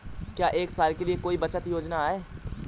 क्या एक साल के लिए कोई बचत योजना है?